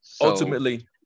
Ultimately